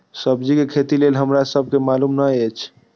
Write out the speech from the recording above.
सब्जी के खेती लेल हमरा सब के मालुम न एछ?